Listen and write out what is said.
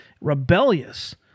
rebellious